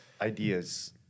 Ideas